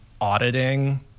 auditing